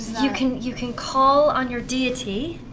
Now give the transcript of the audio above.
you can you can call on your deity,